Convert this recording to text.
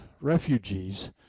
refugees